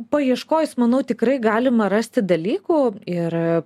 paieškojus manau tikrai galima rasti dalykų ir